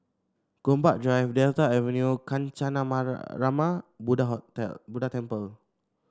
Gombak Drive Delta Avenue Kancanarama Buddlha Hotel Buddha Temple